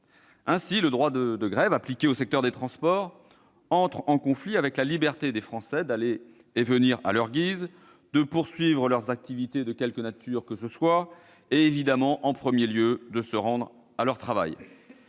Ainsi, le droit de grève, appliqué au secteur des transports, entre en conflit avec la liberté des Français d'aller et de venir à leur guise, de poursuivre leurs activités, de quelque nature qu'elles soient, et évidemment, en premier lieu, de se rendre à leur travail.